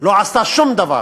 לא עשתה שום דבר